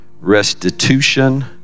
restitution